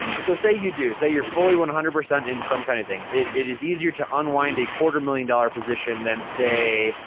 so say you do. say you're fully, one hundred percent in some kind of thing. it it is easier to unwind a quarter million dollar position than, say,